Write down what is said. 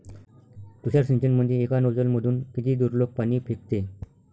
तुषार सिंचनमंदी एका नोजल मधून किती दुरलोक पाणी फेकते?